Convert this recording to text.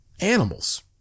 animals